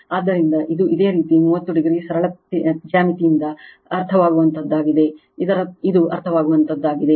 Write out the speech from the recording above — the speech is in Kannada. ಆದ್ದರಿಂದ ಇದು ಇದೇ ರೀತಿ 30 o ಸರಳ ಜ್ಯಾಮಿತಿಯಿಂದ ಅರ್ಥವಾಗುವಂತಹದ್ದಾಗಿದೆ ಇದು ರ್ಥವಾಗುವಂತಹದ್ದಾಗಿದೆ